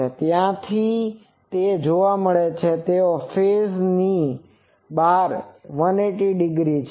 તેથી ત્યાંથી તે જોવા મળે છે કે તેઓ ફેઝphaseબાજુની બહાર 180 ડિગ્રી છે